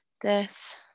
death